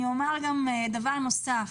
אני אומר דבר נוסף.